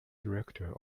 director